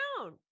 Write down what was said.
down